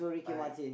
I